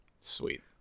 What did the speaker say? Sweet